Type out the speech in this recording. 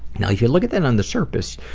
now if you look at that on the surface,